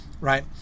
right